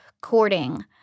courting